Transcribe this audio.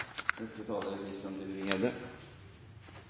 Neste taler er